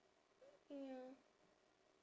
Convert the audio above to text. ya